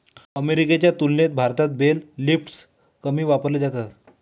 अमेरिकेच्या तुलनेत भारतात बेल लिफ्टर्स कमी वापरले जातात